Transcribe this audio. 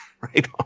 right